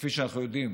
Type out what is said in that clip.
כפי שאנחנו יודעים,